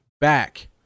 back